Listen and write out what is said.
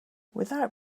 without